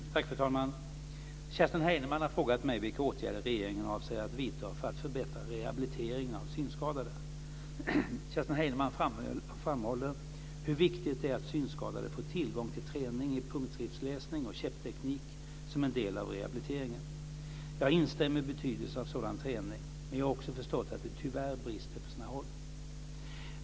Fru talman! Kerstin Heinemann har frågat mig vilka åtgärder regeringen avser att vidta för att förbättra rehabiliteringen av synskadade. Kerstin Heinemann framhåller hur viktigt det är att synskadade får tillgång till träning i punktskriftsläsning och käppteknik som en del av rehabiliteringen. Jag instämmer i betydelsen av sådan träning, men jag har också förstått att det tyvärr brister på sina håll.